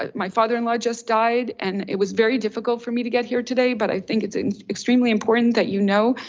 ah my father in-law just died. and it was very difficult for me to get here today. but i think it's extremely important that you know,